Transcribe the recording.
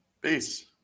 Peace